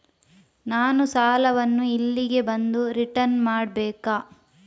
ನಾನು ಸಾಲವನ್ನು ಇಲ್ಲಿಗೆ ಬಂದು ರಿಟರ್ನ್ ಮಾಡ್ಬೇಕಾ?